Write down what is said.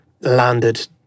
landed